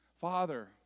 Father